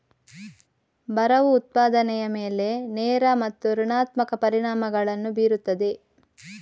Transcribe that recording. ಬರವು ಉತ್ಪಾದನೆಯ ಮೇಲೆ ನೇರ ಮತ್ತು ಋಣಾತ್ಮಕ ಪರಿಣಾಮಗಳನ್ನು ಬೀರುತ್ತದೆ